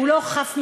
שהוא לא חף מכשלים.